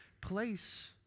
place